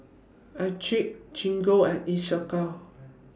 Accucheck Gingko and Isocal